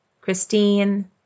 Christine